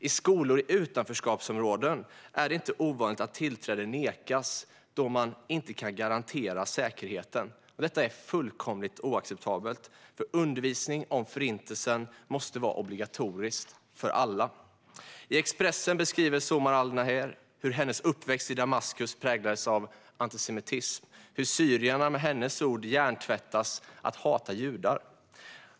I skolor i utanförskapsområden är det inte ovanligt att tillträde nekas då man inte kan garantera säkerheten. Detta är fullkomligt oacceptabelt. Undervisning om Förintelsen måste vara obligatorisk för alla. I Expressen beskriver Somar Al Naher hur hennes uppväxt i Damaskus präglades av antisemitism, hur syrierna - med hennes ord - hjärntvättas att hata judar.